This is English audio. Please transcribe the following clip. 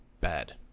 bad